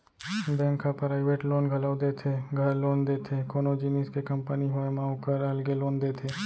bank ह private loan घलौ देथे, घर लोन देथे, कोनो जिनिस के कंपनी होय म ओकर अलगे लोन देथे